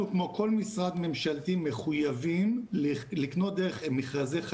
אנחנו כמו כל משרד ממשלתי מחויבים לקנות דרך מכרזי חשכ"ל,